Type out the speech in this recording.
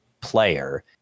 player